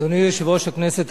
אדוני יושב-ראש הכנסת,